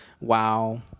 Wow